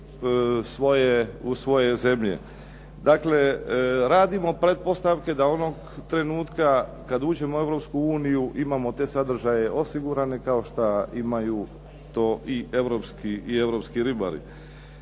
je u svoje zemlje. Dakle, radimo pretpostavke da onog trenutka kad uđemo u Europsku uniju imamo te sadržaje osigurane kao šta imaju to i europski ribari.